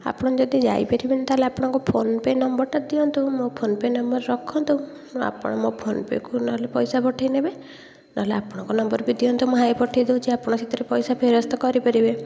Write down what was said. ଆପଣ ଯଦି ଯାଇପାରିବେନି ତାହେଲେ ଆପଣଙ୍କ ଫୋନ୍ ପେ' ନମ୍ବରଟା ଦିଅନ୍ତୁ ମୋ ଫୋନ୍ ପେ' ନମ୍ବର ରଖନ୍ତୁ ଆପଣ ମୋ ଫୋନ୍ ପେ'କୁ ନହେଲେ ପଇସା ପଠେଇନେବେ ନହେଲେ ଆପଣଙ୍କ ନମ୍ବର ବି ଦିଅନ୍ତୁ ମୁଁ ହାଏ ପଠେଇ ଦେଉଛି ଆପଣ ସେଥିରେ ପଇସା ଫେରସ୍ତ କରେଇପାରିବେ